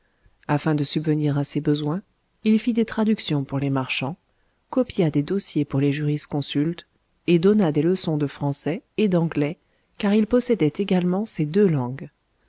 afin de subvenir à ses besoins il fit des traductions pour les marchands copia des dossiers pour les jurisconsultes et donna des leçons de français et d'anglais car il possédait également ces deux langues